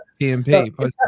PMP